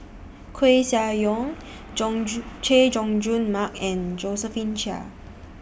Koeh Sia Yong Jung Jun Chay Jung Jun Mark and Josephine Chia